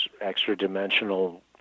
extra-dimensional